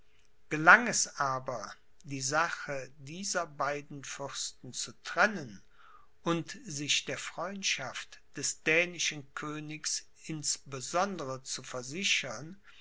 gelang es aber die sache dieser beiden fürsten zu trennen und sich der freundschaft des dänischen königs insbesondere zu versichern